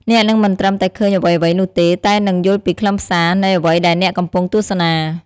អ្នកនឹងមិនត្រឹមតែឃើញអ្វីៗនោះទេ តែនឹង យល់ពីខ្លឹមសារ នៃអ្វីដែលអ្នកកំពុងទស្សនា។